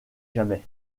jamais